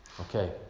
Okay